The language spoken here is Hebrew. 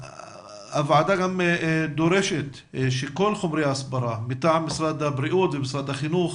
הוועדה גם דורשת שכל חומרי ההסברה מטעם משרד הבריאות ומשרד החינוך